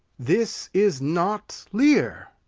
this is not lear.